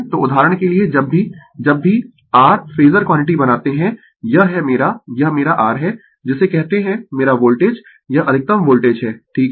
तो उदाहरण के लिए जब भी जब भी r फेजर क्वांटिटी बनाते है यह है मेरा यह मेरा r है जिसे कहते है मेरा वोल्टेज यह अधिकतम वोल्टेज है ठीक है